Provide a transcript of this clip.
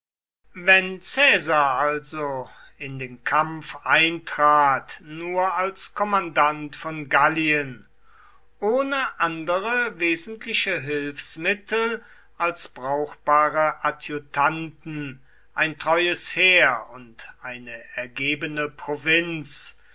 wenn caesar also in den kampf eintrat nur als kommandant von gallien ohne andere wesentliche hilfsmittel als brauchbare adjutanten ein treues heer und eine ergebene provinz